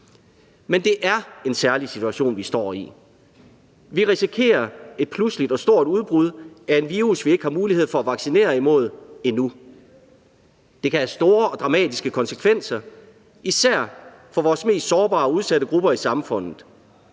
Men det er en særlig situation, vi står i. Vi risikerer et pludseligt og stort udbrud af et virus, vi ikke har mulighed for at vaccinere imod endnu. Det kan have store og dramatiske konsekvenser, især for vores mest sårbare og udsatte grupper i samfundet.